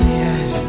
yes